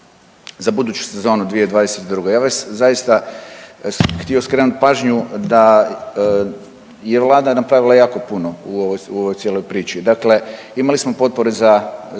za buduću sezonu 2022.g. Ja bih zaista htio skrenut pažnju da je vlada napravila jako puno u ovoj cijeloj priči, dakle imali smo potpore za